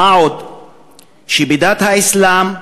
מה גם שבדת האסלאם,